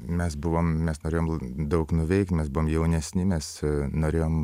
mes buvom mes norėjom daug nuveikt mes buvom jaunesni mes norėjom